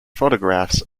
photographs